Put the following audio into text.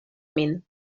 min